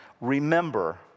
Remember